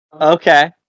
Okay